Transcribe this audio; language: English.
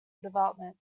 development